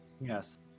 Yes